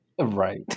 Right